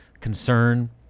concern